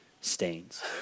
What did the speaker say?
stains